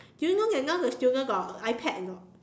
did you know that now the student got iPad or not